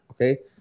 okay